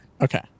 Okay